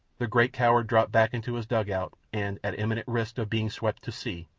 the great coward dropped back into his dugout and, at imminent risk of being swept to sea,